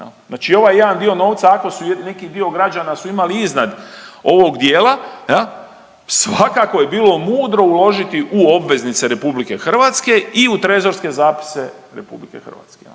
Znači ovaj jedan dio novca ako su, neki dio građana su imali iznad ovog dijela jel, svakako je bilo mudro uložiti u obveznice RH i u trezorske zapise RH jel. Zašto?